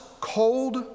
cold